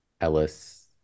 ellis